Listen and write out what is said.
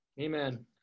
amen